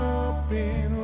open